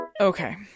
Okay